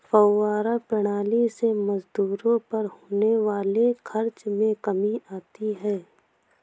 फौव्वारा प्रणाली से मजदूरों पर होने वाले खर्च में कमी आती है